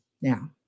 now